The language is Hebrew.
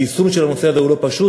היישום של הנושא הזה הוא לא פשוט,